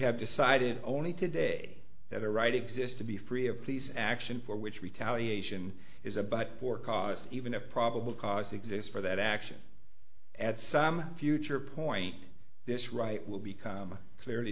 have decided only today that a right exists to be free of police action for which retaliation is a but for cause even a probable cause exists for that action at some future point this right will become clearly